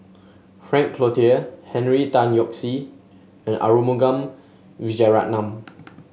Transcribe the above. Frank Cloutier Henry Tan Yoke See and Arumugam Vijiaratnam